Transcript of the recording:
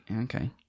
Okay